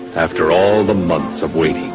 after all the months of waiting.